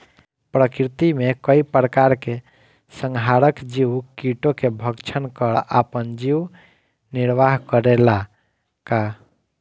प्रकृति मे कई प्रकार के संहारक जीव कीटो के भक्षन कर आपन जीवन निरवाह करेला का?